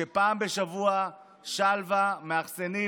שפעם בשבוע שלוה מאכסנים,